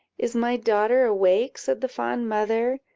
is my daughter awake? said the fond mother.